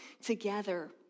together